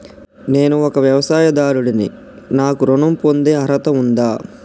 నేను ఒక వ్యవసాయదారుడిని నాకు ఋణం పొందే అర్హత ఉందా?